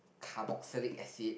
carboxylic acid